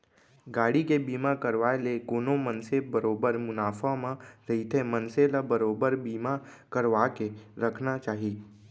गाड़ी के बीमा करवाय ले कोनो मनसे बरोबर मुनाफा म रहिथे मनसे ल बरोबर बीमा करवाके रखना चाही